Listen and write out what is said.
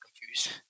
confused